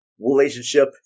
relationship